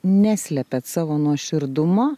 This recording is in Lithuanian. neslepiat savo nuoširdumo